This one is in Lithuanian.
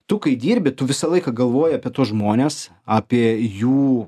tu kai dirbi tu visą laiką galvoji apie tuos žmones apie jų